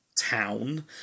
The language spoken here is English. town